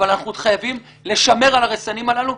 ואנחנו חייבים לשמר על הרסנים הללו,